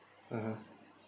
(uh huh)